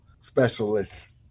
specialists